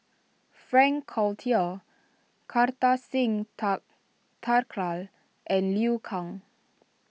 Frank Cloutier Kartar Singh Thakral and Liu Kang